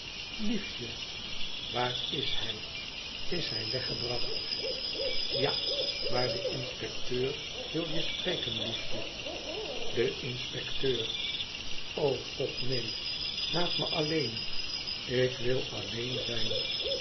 liefje waar is hij is hij weggebracht ja maar de inspecteur wil je spreken liefje de inspecteur o god neen laat me alleen ik wil alleen zijn